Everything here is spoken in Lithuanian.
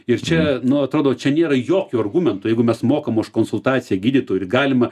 ir čia nu atrodo čia nėra jokio argumento jeigu mes mokam už konsultaciją gydytojui ir galima